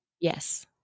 Yes